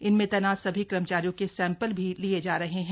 इनमें तैनात सभी कर्मचारियों के सैंपल भी लिए जा रहे हैं